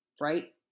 right